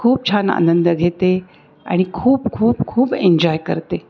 खूप छान आनंद घेते आणि खूप खूप खूप एन्जॉय करते